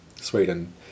Sweden